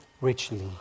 richly